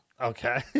Okay